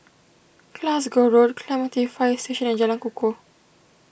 Glasgow Road Clementi Fire Station and Jalan Kukoh